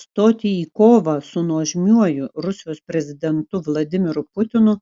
stoti į kovą su nuožmiuoju rusijos prezidentu vladimiru putinu